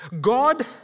God